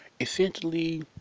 essentially